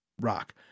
rock